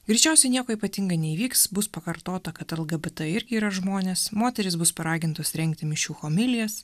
greičiausiai nieko ypatinga neįvyks bus pakartota kad lgbt irgi yra žmonės moterys bus paragintos rengti mišių homilijas